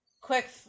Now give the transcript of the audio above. quick